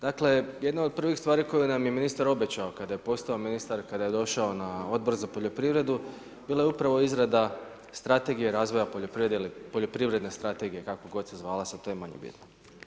Dakle, jedna od prvih stvari koju nam je ministar obećao, kad je postao ministar, kada je došao na Odbor za poljoprivredu, bila je upravo izrada, strategija razvoja poljoprivrede ili poljoprivredne strategije, kako god se zvala, sad je to manje bitno.